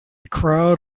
crowd